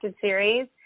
series